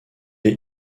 est